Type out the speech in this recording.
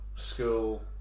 school